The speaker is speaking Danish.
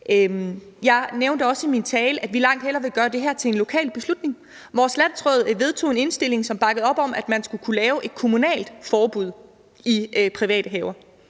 Jeg nævnte også i min tale, at vi langt hellere vil gøre det her til en lokal beslutning. Vores landsråd vedtog en indstilling, som bakkede op om, at man skulle kunne lave et kommunalt forbud mod brugen i private haver.